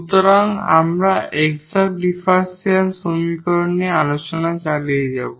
সুতরাং আমরা exact differential সমীকরণ নিয়ে আলোচনা চালিয়ে যাব